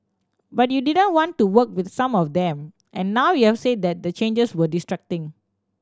but you didn't want to work with some of them and now you've said that the changes were distracting